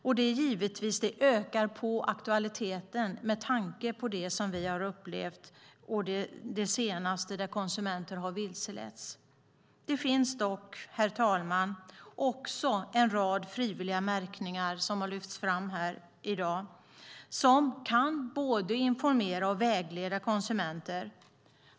Detta får givetvis en ökad aktualitet med tanke på det vi har upplevt - nu senast när konsumenter har vilseletts. Det finns dock, herr talman, också en rad frivilliga märkningar som har lyfts fram här i dag som kan både informera och vägleda konsumenter.